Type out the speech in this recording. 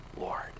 Lord